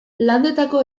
landetako